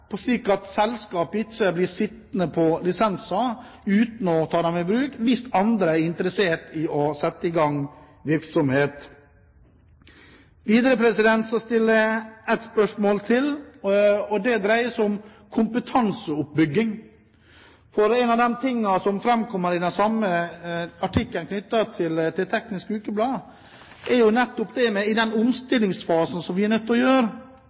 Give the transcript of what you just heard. slik at selskap ikke blir sittende på lisenser uten å ta dem i bruk, hvis andre er interessert i å sette i gang virksomhet? Videre stiller jeg et spørsmål til, og det dreier seg om kompetanseoppbygging. En av de tingene som framkommer i den samme artikkelen i Teknisk Ukeblad, er nettopp at i den omstillingsfasen vi er i, er vi nødt til å